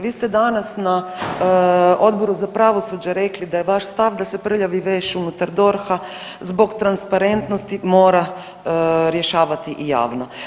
Vi ste danas na Odboru za pravosuđe rekli da je vaš stav da se prljavi veš unutar DORH-a zbog transparentnosti mora rješavati javno.